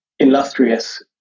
Illustrious